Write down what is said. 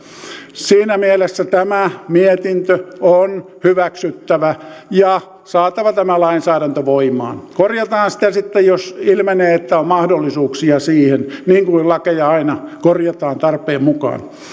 siinä mielessä tämä mietintö on hyväksyttävä ja saatava tämä lainsäädäntö voimaan korjataan sitä sitten jos ilmenee että on mahdollisuuksia siihen niin kuin lakeja aina korjataan tarpeen mukaan